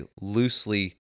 loosely